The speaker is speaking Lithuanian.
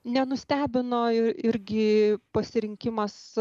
nenustebino ir irgi pasirinkimas